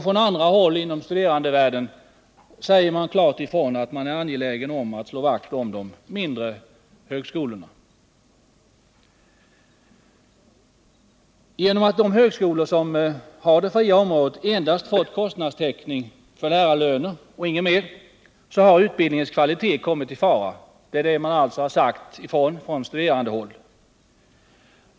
Från andra håll inom studerandevärlden säger man klart ifrån att man är angelägen om att slå vakt om de mindre högskolorna. Dessa fakta bör balansera den studerandeopinion som finns i övrigt. Genom att de högskolor som har det fria området endast har fått kostnadstäckning för lärarlöner och ingenting annat, så har utbildningens kvalitet kommit i fara.